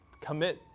commit